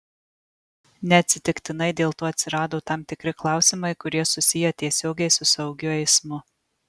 neatsitiktinai dėl to atsirado tam tikri klausimai kurie susiję tiesiogiai su saugiu eismu